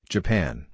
Japan